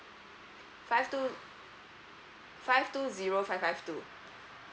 five two five two zero five five two